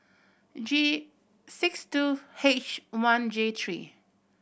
G six two H one J three